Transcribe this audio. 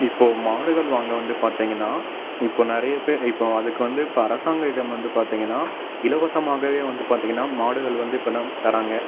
இப்போ மாடுகள் வாங்க வந்து பார்த்தீங்கன்னா இப்போ நிறைய பேர் இப்போ அதுக்கு வந்து இப்போ அரசாங்கமிடம் வந்து பார்த்தீங்கன்னா இலவசமாகவே வந்து பார்த்தீங்கன்னா மாடுகள் வந்து இப்போல்லாம் தர்றாங்க